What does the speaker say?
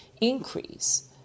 increase